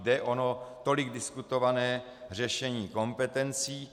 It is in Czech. Jde o ono tolik diskutované řešení kompetencí.